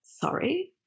sorry